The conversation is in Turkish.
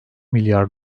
milyar